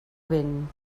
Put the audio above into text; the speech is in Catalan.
vent